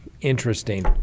Interesting